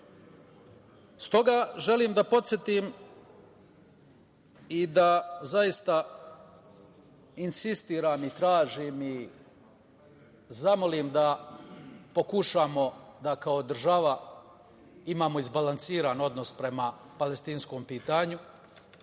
itd. Stoga, želim da podsetim i da zaista insistiram i tražim i zamolim da pokušamo da kao država imamo izbalansiran odnos prema palestinskom pitanju,